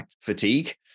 fatigue